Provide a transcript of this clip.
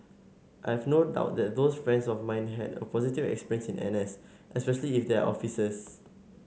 I have no doubt that those friends of mine had a positive experience in N S especially if they are officers